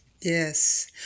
Yes